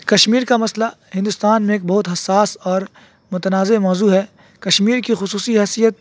کشمیر کا مسئلہ ہندوستان میں ایک بہت حساس اور متنازع موضوع ہے کشمیر کی خصوصی حیثیت